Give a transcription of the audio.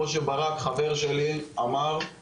כמו שברק חבר שלי אמר,